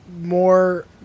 more